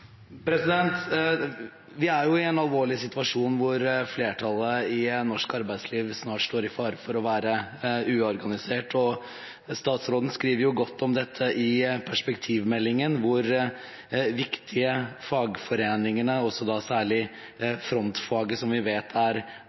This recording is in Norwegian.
er en alvorlig situasjon når flertallet i norsk arbeidsliv snart står i fare for å være uorganisert. Statsråden skriver godt i perspektivmeldingen om hvor viktige fagforeningene er, særlig frontfaget, som vi vet er